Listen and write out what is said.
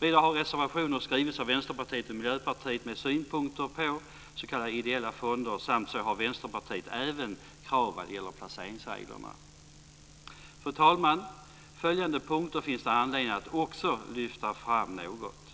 Vidare har reservationer skrivits av Vänsterpartiet och Miljöpartiet med synpunkter på s.k. ideella fonder. Vänsterpartiet har även krav vad gäller placeringsreglerna. Fru talman! Följande punkter finns det anledning att också lyfta fram något.